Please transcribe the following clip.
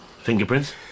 Fingerprints